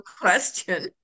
question